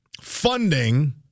funding